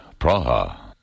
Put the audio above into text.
Praha